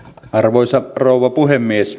arvoisa rouva puhemies